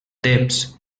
temps